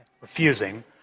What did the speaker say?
refusing